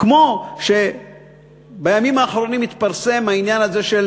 כמו שבימים האחרונים התפרסם העניין הזה של